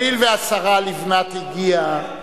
הואיל והשרה לבנת הגיעה,